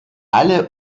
alle